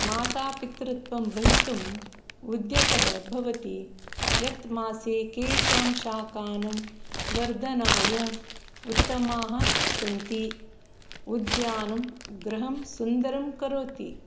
मातापितृत्त्वं भवितुम् उद्यतः भवति यत् मासे केषां शाकानां वर्धनाय उत्तमाः सन्ति उद्यानं गृहं सुन्दरं करोति